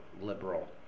liberal